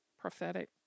prophetic